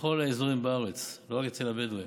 בכל האזורים בארץ, לא רק אצל הבדואים.